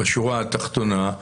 בשורה התחתונה,